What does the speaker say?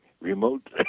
remote